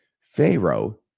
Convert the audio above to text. Pharaoh